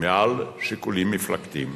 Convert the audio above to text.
מעל שיקולים מפלגתיים,